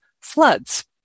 Floods